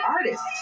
artists